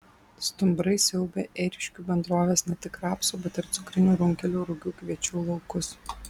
stumbrai siaubia ėriškių bendrovės ne tik rapsų bet ir cukrinių runkelių rugių kviečių laukus